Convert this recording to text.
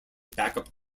backup